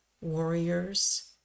warriors